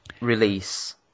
release